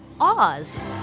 Oz